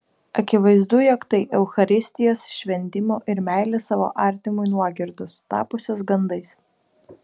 akivaizdu jog tai eucharistijos šventimo ir meilės savo artimui nuogirdos tapusios gandais